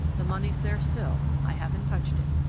the money's there still. i haven't touched it.